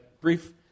brief